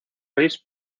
gris